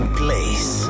place